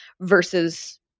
versus